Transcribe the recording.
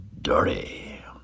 dirty